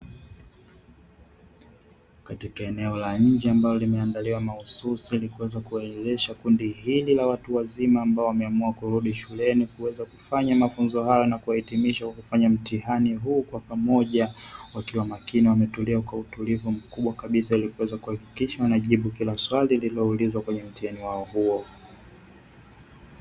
Katika eneo la nje ambalo limeandaliwa mahususi ili kuweza kuwaelewesha kundi hili la watu wazima ambao wameamua kurudi shuleni kuweza kufanya mafunzo hayo na kuwahitimisha kufanya mtihani huu kwa pamoja wakiwa makini wametulia kwa utulivu mkubwa kabisa ili kuweza kuhakikisha wanajibu kila swali lililoulizwa kwenye mtihani wao huo